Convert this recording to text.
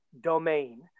domain